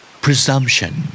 Presumption